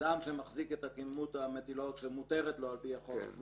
אדם שמחזיק את כמות המטילות שמותרת לו על פי החוק,